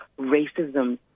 racism